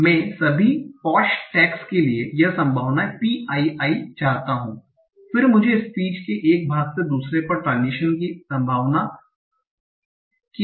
इसलिए मैं सभी पॉश टैग्स के लिए यह संभावना pi i चाहता हूं फिर मुझे स्पीच के एक भाग से दूसरे पर ट्रान्ज़िशन की संभावना की आवश्यकता है